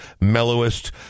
mellowest